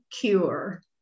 cure